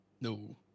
No